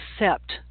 accept